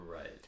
right